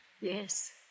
Yes